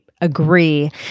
Agree